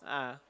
ah